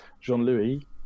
Jean-Louis